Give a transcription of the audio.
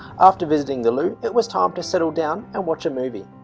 after visiting the loo, it was time to settle down and watch a movie.